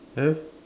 have